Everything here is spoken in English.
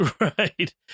Right